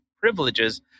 privileges